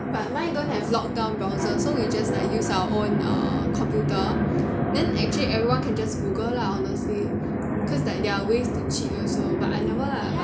but mine don't have lockdown browser so we just use our own err computer then actually everyone can just Google lah honestly cause like there're ways to cheat also but I never lah